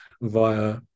via